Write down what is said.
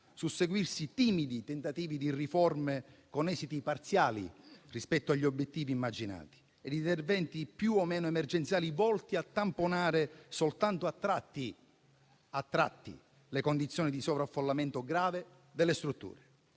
susseguirsi timidi tentativi di riforme, con esiti parziali rispetto agli obiettivi immaginati; interventi più o meno emergenziali, volti a tamponare, soltanto a tratti, le condizioni di sovraffollamento grave delle strutture.